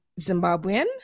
Zimbabwean